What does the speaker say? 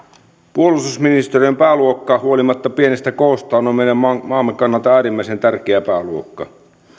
puolustusministeriön pääluokka on pienestä koostaan huolimatta meidän maamme kannalta äärimmäisen tärkeä pääluokka